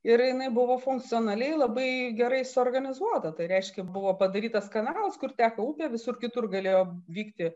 ir jinai buvo funkcionaliai labai gerai suorganizuota tai reiškia buvo padarytas kanalas kur teka upė visur kitur galėjo vykti